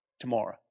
tomorrow